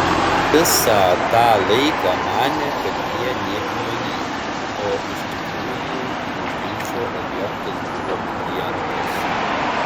visą tą laiką manė kad jie niekino jį o iš tikrųjų jų ginčo objektas buvo klientas